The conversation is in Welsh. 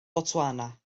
botswana